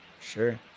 Sure